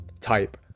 type